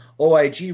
oig